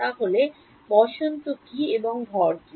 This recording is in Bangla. তাহলে বসন্ত কী এবং ভর কী